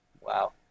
Wow